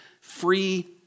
free